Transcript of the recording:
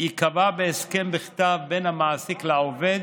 ייקבע בהסכם בכתב בין המעסיק לעובד,